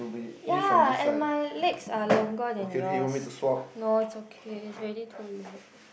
ya and my legs are longer than yours no it's okay it's already too late